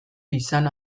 izana